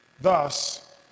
thus